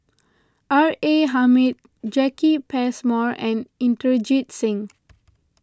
R A Hamid Jacki Passmore and Inderjit Singh